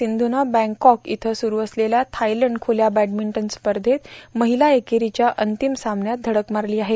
सिंधूनं बँकॉक इथं सुरू असलेल्या थायलंड खुल्या बॅडमिंटन स्पर्धेत सहिला एकेरीच्या अंतिम सामन्यात धडक मारली आहे